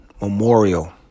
memorial